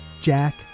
Jack